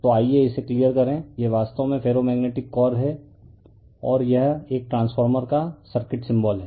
तो आइए इसे क्लियर करें यह वास्तव में फेरोमैग्नेटिक कोर है और यह एक ट्रांसफार्मर का सर्किट सिंबल है